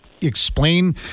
explain